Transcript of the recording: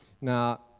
Now